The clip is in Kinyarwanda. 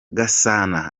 gasana